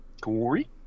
Corey